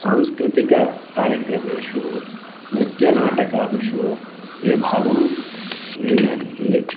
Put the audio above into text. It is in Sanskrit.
सांस्कृतिकं कार्यक्रमेषु नृत्यनाटकादिषु ये भागं गृह्णन्ति